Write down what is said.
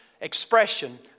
expression